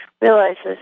realizes